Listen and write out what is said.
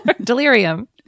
Delirium